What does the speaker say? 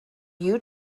you